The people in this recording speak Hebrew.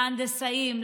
להנדסאים,